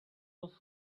off